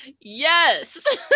yes